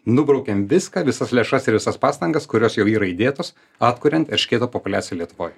nubraukiam viską visas lėšas ir visas pastangas kurios jau yra įdėtos atkurian erškėto populiaciją lietuvoj